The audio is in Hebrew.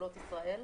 בגבולות ישראל,